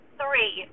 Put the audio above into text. three